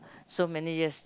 so many years